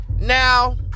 Now